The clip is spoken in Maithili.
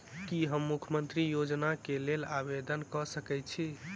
की हम मुख्यमंत्री योजना केँ लेल आवेदन कऽ सकैत छी?